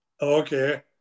Okay